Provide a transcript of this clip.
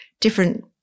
different